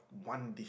one dish